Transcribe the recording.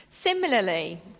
Similarly